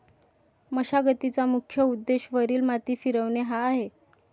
मशागतीचा मुख्य उद्देश वरील माती फिरवणे हा आहे